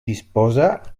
disposa